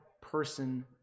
person